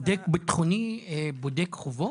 בודק בטחוני בודק חובות?